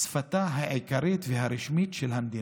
שפתה העיקרית והרשמית של המדינה,